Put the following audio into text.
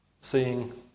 Seeing